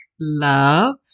Love